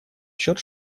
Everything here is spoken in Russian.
счет